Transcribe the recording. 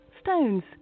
stones